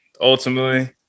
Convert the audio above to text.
ultimately